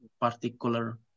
particular